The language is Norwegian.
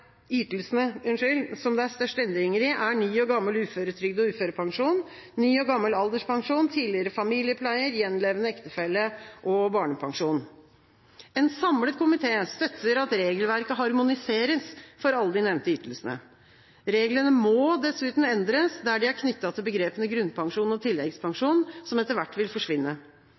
Ytelsene som har størst endringer, er ny og gammel uføretrygd og uførepensjon, ny og gammel alderspensjon, tidligere familiepleier, gjenlevende ektefelle og barnepensjon. En samlet komité støtter at regelverket harmoniseres for alle de nevnte ytelsene. Reglene må dessuten endres der de er knyttet til begrepene grunnpensjon og tilleggspensjon, som etter hvert vil forsvinne.